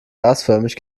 gasförmig